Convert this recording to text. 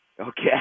Okay